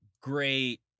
great